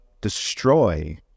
destroy